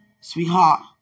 Sweetheart